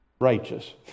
righteous